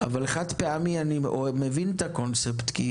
אבל אני מבין את הקונספט חד-פעמי,